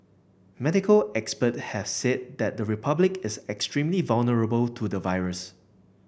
medical expert had said that the Republic is extremely vulnerable to the virus